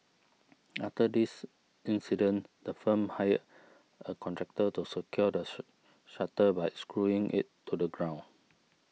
after this incident the firm hired a contractor to secure the shutter by screwing it to the ground